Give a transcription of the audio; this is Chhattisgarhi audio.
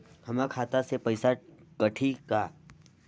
हमर खाता से पइसा कठी का?